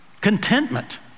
contentment